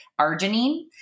arginine